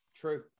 true